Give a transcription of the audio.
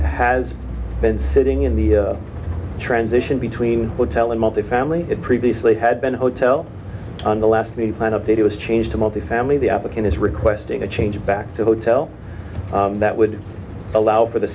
has been sitting in the transition between hotel and multifamily it previously had been a hotel on the last me plan update it was changed to multifamily the applicant is requesting a change back to hotel that would allow for the